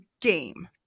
game